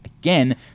Again